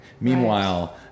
Meanwhile